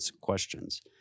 questions